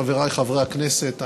חבריי חברי הכנסת,